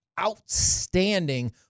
outstanding